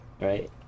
right